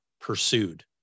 pursued